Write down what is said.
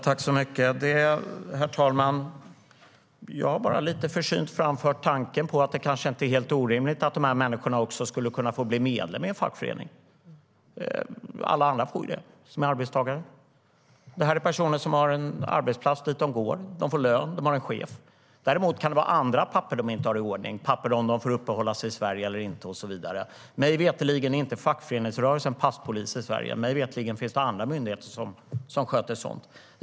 Herr talman! Jag har bara lite försynt framfört tanken att det kanske inte vore helt orimligt att dessa människor också fick bli medlemmar i en fackförening. Alla andra arbetstagare får ju det. Det är personer som har en arbetsplats att gå till, de får lön, de har en chef. Däremot kan det vara andra papper som de inte har i ordning, papper på ifall de får uppehålla sig i Sverige eller inte och så vidare. Mig veterligen är fackföreningsrörelsen inte passpolis i Sverige. Mig veterligen finns det myndigheter som sköter sådant.